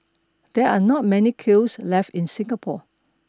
there are not many kilns left in Singapore